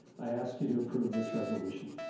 i ask you to approve this resolution.